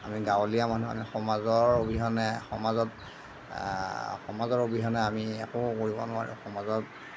আমি গাঁৱলীয়া মানুহ আমি সমাজৰ অবিহনে সমাজত সমাজৰ অবিহনে আমি একো কৰিব নোৱাৰোঁ সমাজত